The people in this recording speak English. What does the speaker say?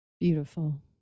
Beautiful